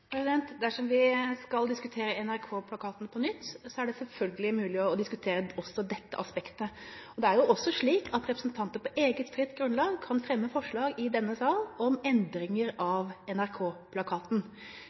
Dersom vi skal diskutere NRK-plakaten på nytt, er det selvfølgelig mulig å diskutere også dette aspektet. Men det er også slik at representanter på eget, fritt grunnlag kan fremme forslag i denne sal om endringer